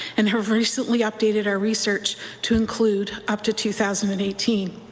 and have recently updated our research to include up to two thousand and eighteen.